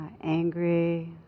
angry